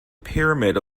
pyramid